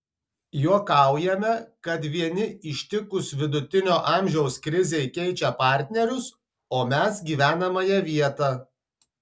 juokaujame kad vieni ištikus vidutinio amžiaus krizei keičia partnerius o mes gyvenamąją vietą